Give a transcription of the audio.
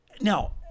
now